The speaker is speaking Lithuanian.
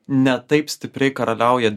ne taip stipriai karaliauja